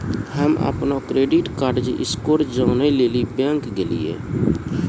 हम्म अपनो credit card score जानै लेली बैंक गेलियै